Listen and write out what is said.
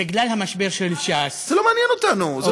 בגלל המשבר של ש"ס, זה לא מעניין אותנו.